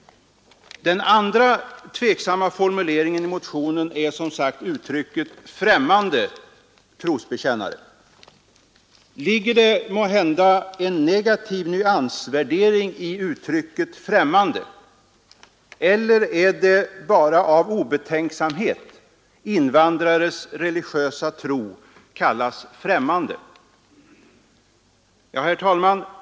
Den andra tveksamma formuleringen i motionen är som sagt uttrycket ”främmande trosbekännare”. Ligger det måhända en negativ nyansvärdering i ordet främmande, eller är det bara av obetänksamhet som invandrares religiösa tro kallas främmande? Herr talman!